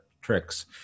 tricks